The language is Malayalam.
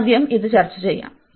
അതിനാൽ ആദ്യം ഇത് ചർച്ച ചെയ്യാം